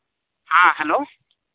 ᱦᱮᱸ ᱦᱮᱞᱳ